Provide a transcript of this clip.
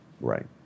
right